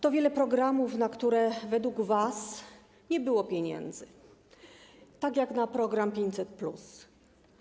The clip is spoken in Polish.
Jest wiele programów, na które według was nie było pieniędzy, tak jak na program 500+.